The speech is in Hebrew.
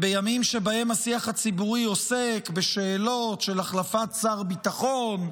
בימים שבהם השיח הציבורי עוסק בשאלות של החלפת שר ביטחון,